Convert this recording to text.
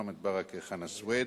מוחמד ברכה וחנא סוייד